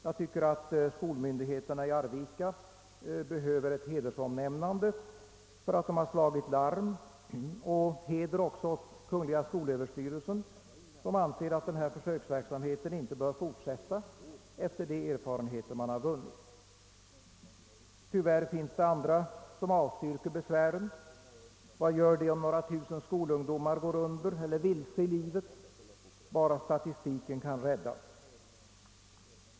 Jag tycker att skolmyndigheterna i Arvika förtjänar ett hedersomnämnande för att de har slagit larm. Heder också åt kungl. skolöverstyrelsen, som anser att denna försöksverksamhet inte bör fortsätta efter de erfarenheter som vunnits. Tyvärr finns det andra som avstyrker besvären. Vad gör det om några tusen skolungdomar går vilse i livet, bara statistiken kan räddas!